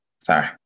Sorry